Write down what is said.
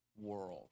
world